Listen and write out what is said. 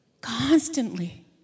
Constantly